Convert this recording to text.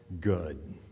good